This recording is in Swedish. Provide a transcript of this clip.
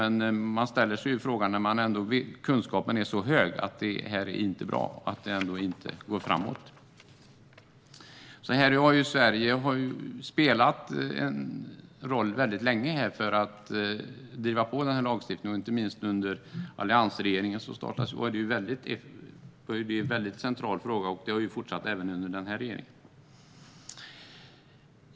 Men man ställer ändå frågan varför utfasningen av dessa särskilt farliga ämnen inte går framåt, eftersom kunskapen ändå är så stor om att detta inte är bra. Sverige har spelat en roll länge för att driva på denna lagstiftning. Inte minst under alliansregeringens tid var detta en mycket central fråga. Detta arbete har fortsatt även under denna regering.